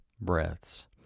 breaths